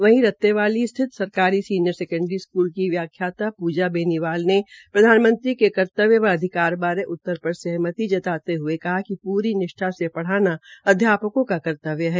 वहीं रतनेवाली स्थित सरकारी सीनियर सेकेंडरी स्कूल की व्याख्याता प्जा बेनीवाल ने प्रधानमंत्री के कर्तव्य व अधिकार बारे उत्तर पर सहमति जताते हये कहा कि पूरी निष्ठा से पढ़ाना अध्यापकों का कर्तव्य है